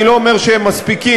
אני לא אומר שהם מספיקים,